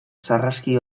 sarraski